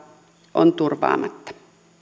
on turvaamatta